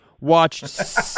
watched